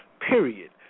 period